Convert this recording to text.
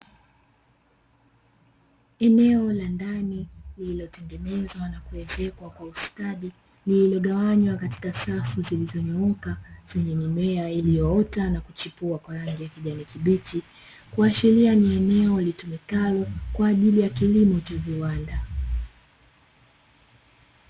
Eneo la ndani lililo tengenezwa na kuezekwa kwa ustadi, lililo gawanywa katika safu zilizonyooka zenye mimea iliyoota na kuchipua rangi ya kijani kibichi kuashiria ni eneo litumikalo kwa ajili ya kilimo cha viwanda.